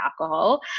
alcohol